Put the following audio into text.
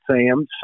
Sam